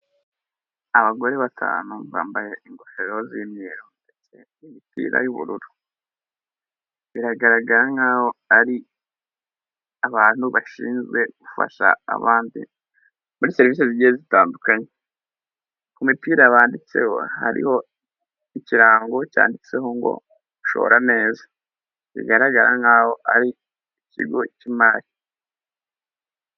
Abagore batanu bambaye ingofero z'imyeru ndetse n'imipira y'ubururu biragaragara nkaho ari abantu bashinzwe gufasha abandi muri serivisi zi zigiye zitandukanye, ku mipira banditseho hariho ikirango cyanditseho ngo ushora aneza bigaragara nk nkaho ari ikigo cy'imari